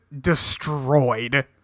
Destroyed